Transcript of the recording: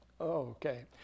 okay